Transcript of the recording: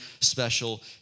special